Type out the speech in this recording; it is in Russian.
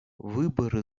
выборы